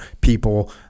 people